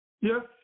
Yes